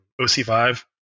OC5